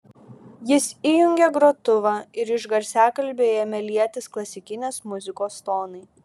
jis įjungė grotuvą ir iš garsiakalbių ėmė lietis klasikinės muzikos tonai